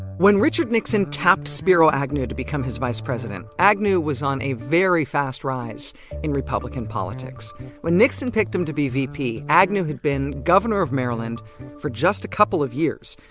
when richard nixon tapped spiro agnew to become his vice president, agnew was on a very fast rise in republican politics when nixon picked him to be vp, agnew had been governor of maryland for just a couple of years.